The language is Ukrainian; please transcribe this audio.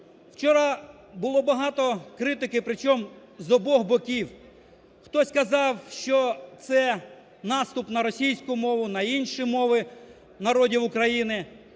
Вчора було багато критики, причому з обох боків. Хто казав, що це наступ на російську мову, на інші мови народів України.